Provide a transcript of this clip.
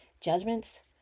judgments